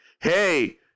Hey